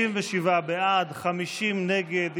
37 בעד, 50 נגד.